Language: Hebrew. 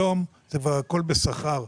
היום כבר הכול בשכר.